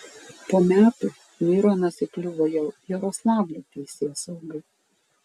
po metų mironas įkliuvo jau jaroslavlio teisėsaugai